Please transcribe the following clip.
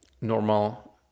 Normal